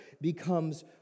becomes